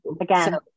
Again